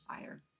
fire